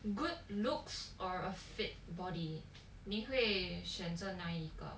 good looks or a fit body 你会选择哪一个